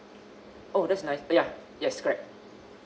oh that's nice oh ya yes correct